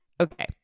Okay